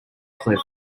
cliff